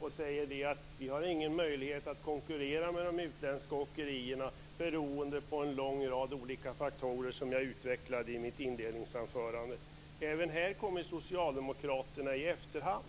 och säger att man inte har någon möjlighet att konkurrera med de utländska åkerierna beroende på en lång rad faktorer, som jag utvecklade i mitt inledningsanförande. Även här kommer Socialdemokraterna i efterhand.